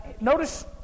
notice